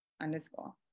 underscore